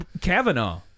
Kavanaugh